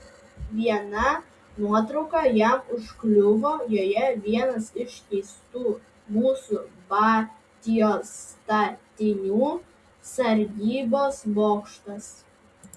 viena nuotrauka jam užkliuvo joje vienas iš keistų mūsų batios statinių sargybos bokštas